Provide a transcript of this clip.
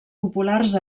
populars